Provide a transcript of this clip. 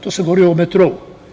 Tu se govori o metrou.